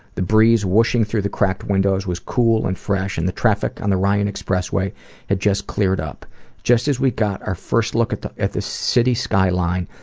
the breeze whooshing through the cracked windows was cool and fresh, and the traffic in and the ryan expressway had just cleared up just as we got our first look at the at the city skyline,